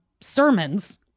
sermons